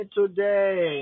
today